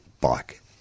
Bike